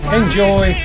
enjoy